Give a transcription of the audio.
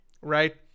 Right